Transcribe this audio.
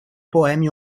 poemi